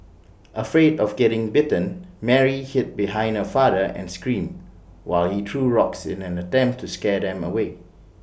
afraid of getting bitten Mary hid behind her father and screamed while he threw rocks in an attempt to scare them away